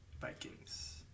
Vikings